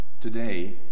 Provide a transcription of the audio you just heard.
today